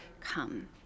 come